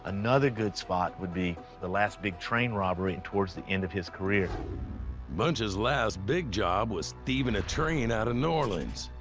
another good spot would be the last big train robbery towards the end of his career. narrator bunch's last big job was thieving a train out of new orleans.